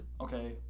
okay